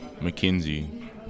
Mackenzie